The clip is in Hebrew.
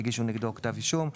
הגשה של כתב אישום כנגדו,